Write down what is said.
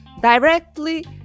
directly